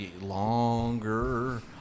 Longer